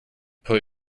put